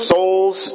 Souls